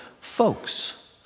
folks